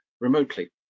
remotely